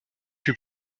plus